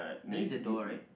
I think it's a door right